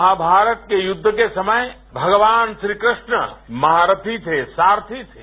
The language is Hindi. महामारत के युद्ध के समय भगवान श्रीकृष्ण महारथी थे सारथी थे